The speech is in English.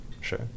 Sure